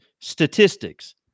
statistics